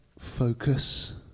Focus